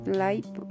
life